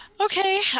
Okay